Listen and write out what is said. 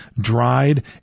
dried